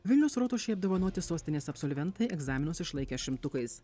vilniaus rotušėj apdovanoti sostinės absolventai egzaminus išlaikę šimtukais